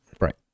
Right